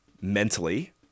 mentally